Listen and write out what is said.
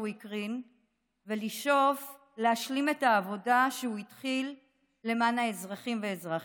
הקרין ולשאוף להשלים את העבודה שהוא התחיל למען האזרחים והאזרחיות.